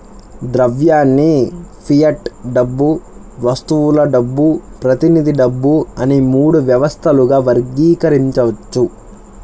ద్రవ్యాన్ని ఫియట్ డబ్బు, వస్తువుల డబ్బు, ప్రతినిధి డబ్బు అని మూడు వ్యవస్థలుగా వర్గీకరించవచ్చు